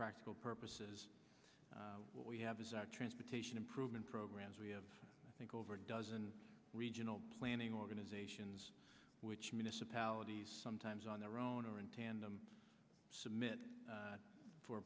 practical purposes what we have is our transportation improvement programs we have i think over a dozen regional planning organizations which municipalities sometimes on their own or in tandem submit